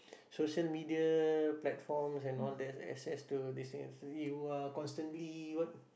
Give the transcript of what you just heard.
social media platforms and all that access to these things you are constantly what